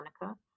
Monica